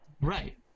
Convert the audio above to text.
Right